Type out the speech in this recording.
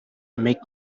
make